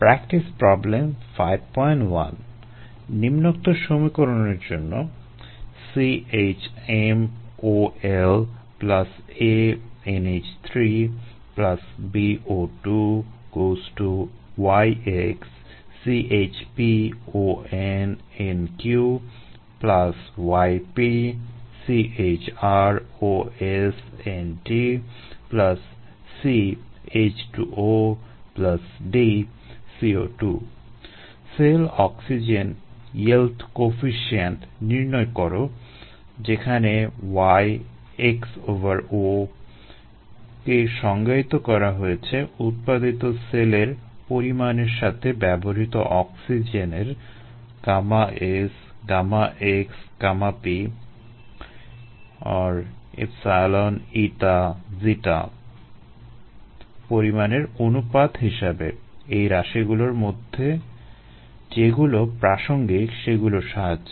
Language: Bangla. প্র্যাকটিস প্রবলেম 51 নিম্নোক্ত সমীকরণের জন্য সেল অক্সিজেন ইয়েল্ড কোয়েফিসিয়েন্ট নির্ণয় করো যেখানে Yxo কে সংজ্ঞায়িত করা হয়েছে উৎপাদিত সেলের পরিমাণের সাথে ব্যবহৃত অক্সিজেনের পরিমাণের অনুপাত হিসেবে এই রাশিগুলোর মধ্যে যেগুলো প্রাসঙ্গিক সেগুলোর সাহায্যে